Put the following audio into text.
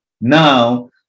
now